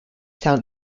town